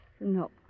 No